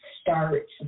start